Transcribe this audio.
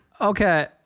Okay